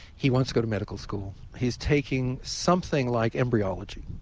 he wants to go to medical school. he's taking something like embryology,